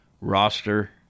roster